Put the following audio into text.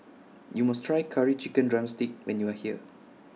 YOU must Try Curry Chicken Drumstick when YOU Are here